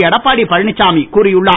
எடப்பாடி பழனிச்சாமி கூறியுள்ளார்